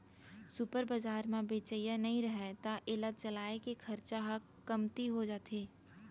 super बजार म बेचइया नइ रहय त एला चलाए के खरचा ह कमती हो जाथे